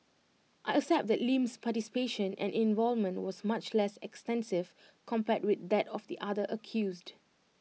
I accept that Lim's participation and involvement was much less extensive compared with that of the other accused